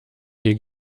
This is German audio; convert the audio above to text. hier